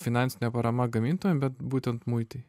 finansinė parama gamintojam bet būtent muitai